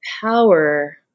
power